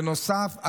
בנוסף,